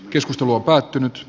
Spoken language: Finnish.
keskustelu on päättynyt